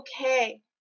okay